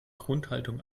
grundhaltung